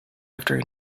after